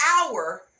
hour